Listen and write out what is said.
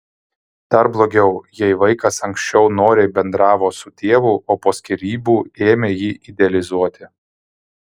dar blogiau jei vaikas anksčiau noriai bendravo su tėvu o po skyrybų ėmė jį idealizuoti